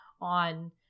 on